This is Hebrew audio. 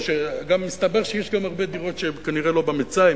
גם מסתבר שיש גם הרבה דירות שהן כנראה לא במצאי,